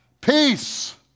Peace